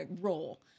role